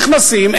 נכנסים,